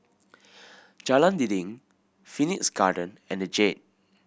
Jalan Dinding Phoenix Garden and The Jade